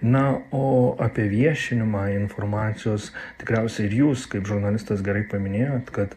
na o apie viešinimą informacijos tikriausiai ir jūs kaip žurnalistas gerai paminėjot kad